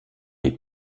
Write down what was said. les